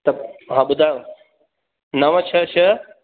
त हा ॿुधायो नव छह छह